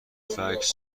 فکس